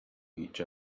each